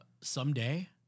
Someday